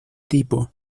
tipo